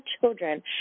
children